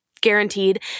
guaranteed